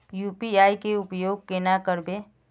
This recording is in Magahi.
यु.पी.आई के उपयोग केना करबे?